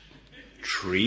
Tree